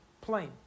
plain